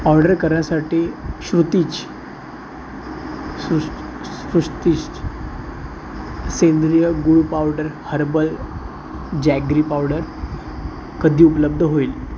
order करण्यासाठी श्रुतीज सुस श्रुस्तीस सेंद्रिय गुळ पावडर हर्बल जॅग्री पावडर कधी उपलब्ध होईल